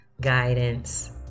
guidance